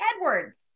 Edwards